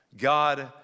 God